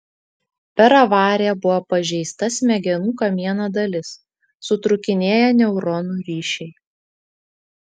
per avariją buvo pažeista smegenų kamieno dalis sutrūkinėję neuronų ryšiai